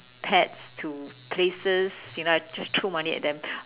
pets to places you know I just throw money at them